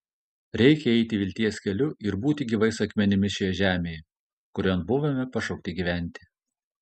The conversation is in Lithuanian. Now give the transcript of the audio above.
reikia eiti vilties keliu ir būti gyvais akmenimis šioje žemėje kurion buvome pašaukti gyventi